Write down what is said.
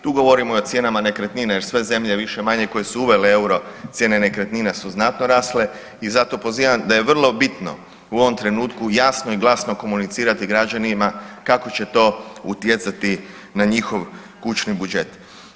Tu govorimo o cijenama nekretnine jer sve zemlje više-manje koje su uvele euro cijene nekretnina su znatno rasle i zato pozivam da je vrlo bitno u ovom trenutku jasno i glasno komunicirati građanima kako će to utjecati na njihov kućni budžet.